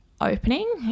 opening